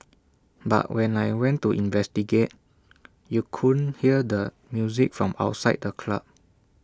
but when I went to investigate you couldn't hear the music from outside the club